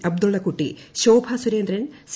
Abdullakutty Shobha Surendran C